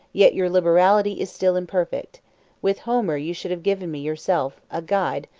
yet your liberality is still imperfect with homer you should have given me yourself a guide,